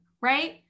right